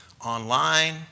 online